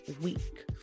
week